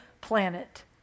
planet